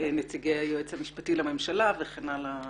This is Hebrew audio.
ונציגי היועץ המשפטי לממשלה וכן הלאה